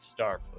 Starfleet